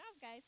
guys